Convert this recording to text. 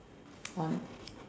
on